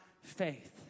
faith